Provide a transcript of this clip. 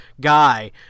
guy